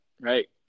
right